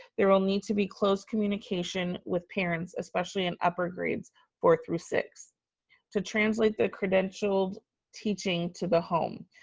there will need to be close communication with parents, especially in upper grades four through six to translate the credentialed teaching to the home.